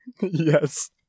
Yes